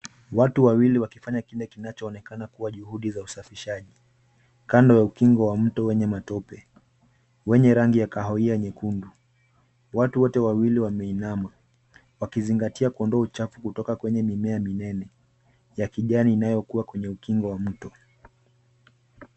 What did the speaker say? Watu wawili wakifanya kile kinachoonekana kuwa juhudi za usafishaji, kando ya ukingo wa mto wenye matope, wenye rangi ya kahawia nyekundu. Watu wote wawili wameinama, wakizingatia kuondoa uchafu kutoka kwenye mimea minene ya kijani, inayokua kwenye ukingo wa mto.